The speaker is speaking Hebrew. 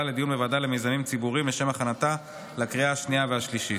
לדיון בוועדה למיזמים ציבוריים לשם הכנתה לקריאה השנייה והשלישית.